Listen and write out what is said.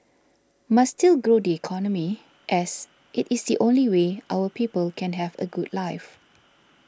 must still grow the economy as it is the only way our people can have a good life